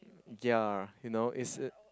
ya you know it's a